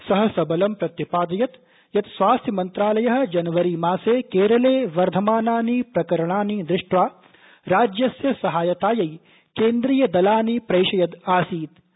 सः सबलं प्रत्यपादयत यत स्वास्थ्य मंत्रालयः जनवरीमासे केरले वर्धमानानि प्रकरणानि दृष्ट्वा राज्यस्य सहायतायै केन्द्रीय दलानि प्रैषयद् आसीत ा